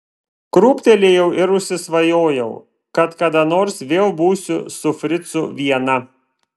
krūptelėjau ir užsisvajojau kad kada nors vėl būsiu su fricu viena